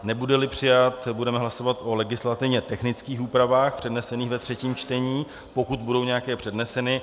Nebudeli přijat, budeme hlasovat o legislativně technických úpravách přednesených ve třetím čtení, pokud budou nějaké předneseny.